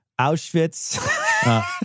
Auschwitz